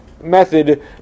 method